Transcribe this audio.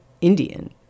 Indian